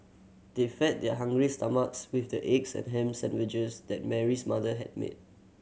they fed their hungry stomachs with the eggs and ham sandwiches that Mary's mother had made